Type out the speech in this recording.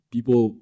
People